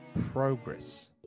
Progress